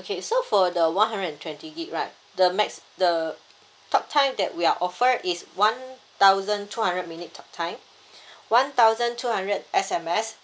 okay so for the one hundred and twenty gig right the max the talktime that we are offer is one thousand two hundred minute talktime one thousand two hundred S_M_S